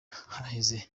haheze